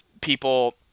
people